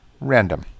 random